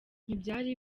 ntibyari